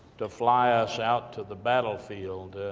to fly us out to the battlefield.